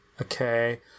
okay